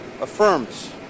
affirms